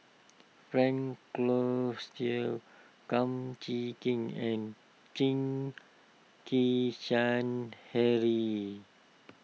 Frank Cloutier Kum Chee Kin and Chen Kezhan Henri